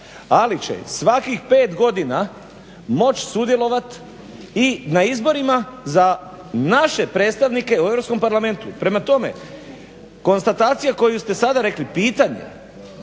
ali će svakih pet godina moći sudjelovat i na izborima za naše predstavnike u Europskom parlamentu. Prema tome, konstatacija koju ste sada rekli, pitanje